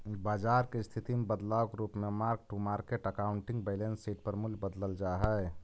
बाजार के स्थिति में बदलाव के रूप में mark to market accounting balance sheet पर मूल्य बदलल जा हई